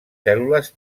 cèl·lules